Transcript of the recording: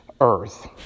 earth